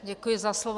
Děkuji za slovo.